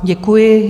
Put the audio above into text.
Děkuji.